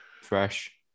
fresh